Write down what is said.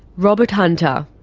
robert hunter.